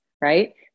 right